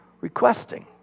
requesting